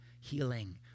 healing